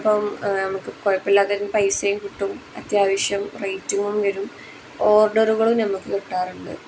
അപ്പം നമുക്ക് കുഴപ്പം ഇല്ലാത്ത പൈസയും കിട്ടും അത്യാവശ്യം റേറ്റിങ്ങും വരും ഓർഡറുകളും നമുക്ക് കിട്ടാറുണ്ട്